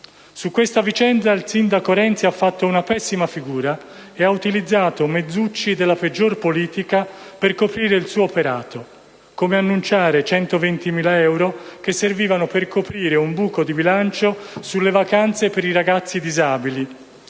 Su questa vicenda il sindaco Renzi ha fatto una pessima figura e ha utilizzato mezzucci della peggior politica per coprire il suo operato, come annunciare 120.000 euro che servivano per coprire un buco di bilancio sulle vacanze per i ragazzi disabili,